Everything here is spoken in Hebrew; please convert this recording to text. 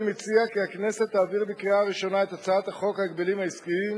אני מציע כי הכנסת תעביר בקריאה ראשונה את הצעת חוק ההגבלים העסקיים